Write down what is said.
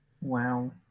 Wow